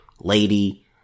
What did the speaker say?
lady